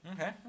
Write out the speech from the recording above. Okay